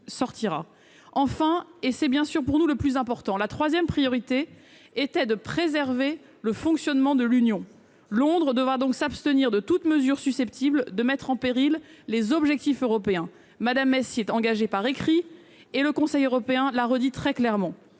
Enfin, et c'est évidemment le plus important pour nous, la troisième priorité était de préserver le fonctionnement de l'Union. Londres devra donc s'abstenir de toute mesure susceptible de mettre en péril les objectifs européens. Mme May s'y est engagée par écrit, et le Conseil européen l'a redit très clairement.